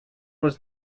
was